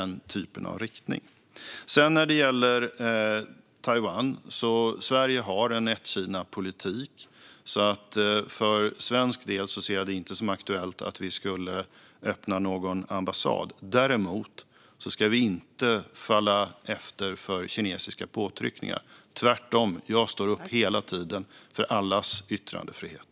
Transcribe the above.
När det sedan gäller Taiwan: Sverige har en ett-Kina-politik, så för svensk del ser jag det inte som aktuellt att vi skulle öppna någon ambassad. Däremot ska vi inte falla undan för kinesiska påtryckningar. Tvärtom står jag hela tiden upp för allas yttrandefrihet.